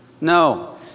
No